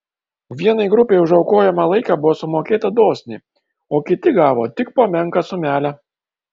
vienai grupei už aukojamą laiką buvo sumokėta dosniai o kiti gavo tik po menką sumelę